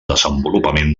desenvolupament